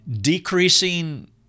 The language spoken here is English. decreasing